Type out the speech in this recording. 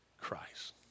Christ